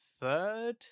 third